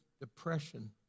depression